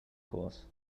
course